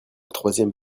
troisième